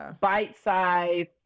bite-sized